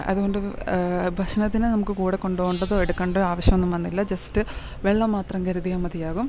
അതുകൊണ്ട് ഭക്ഷണത്തിന് നമുക്ക് കൂടെ കൊണ്ടോണ്ടതോ എടുക്കേണ്ടെയോ ആവശ്യമൊന്നും വന്നില്ല ജെസ്റ്റ് വെള്ളം മാത്രം കരുതിയാൽ മതിയാകും